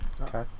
Okay